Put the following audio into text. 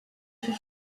fer